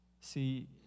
See